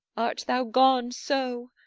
art thou gone so?